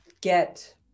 get